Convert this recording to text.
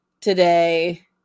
today